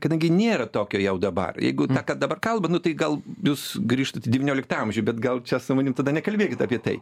kadangi nėra tokio jau dabar jeigu tą ką dabar kalba nu tai gal jūs grįžtat į devynioliktą amžių bet gal čia su manim tada nekalbėkit apie tai